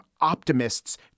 optimists